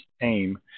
aim